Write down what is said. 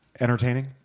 entertaining